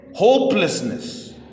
hopelessness